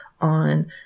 on